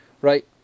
right